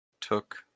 took